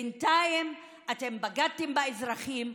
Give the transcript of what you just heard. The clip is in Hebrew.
בינתיים אתם בגדתם באזרחים,